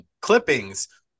clippings